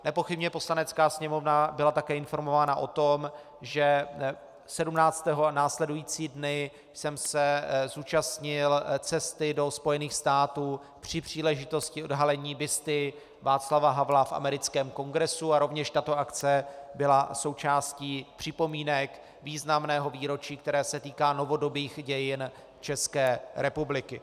Nepochybně Poslanecká sněmovna byla také informována o tom, že 17. a následující dny jsem se zúčastnil cesty do Spojených států při příležitosti odhalení busty Václava Havla v americkém Kongresu, a rovněž tato akce byla součástí připomínek významného výročí, které se týká novodobých dějin české republiky.